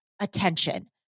attention